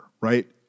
right